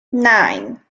nine